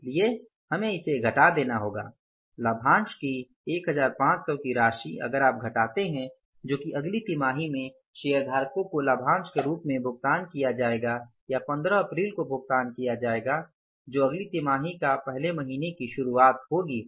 इसलिए हमें इसे घटा देना होगा लाभांश की 1500 की राशि अगर आप घटाते हैं जो कि अगली तिमाही में शेयरधारकों को लाभांश के रूप में भुगतान किया जाएगा या 15 अप्रैल को भुगतान किया जाएगा जो अगली तिमाही का पहले महीने की शुरुआत होगी